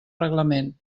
reglament